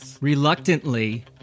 reluctantly